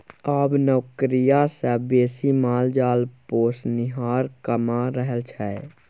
आब नौकरिया सँ बेसी माल जाल पोसनिहार कमा रहल छै